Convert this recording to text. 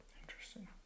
Interesting